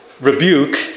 rebuke